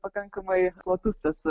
pakankamai platus tas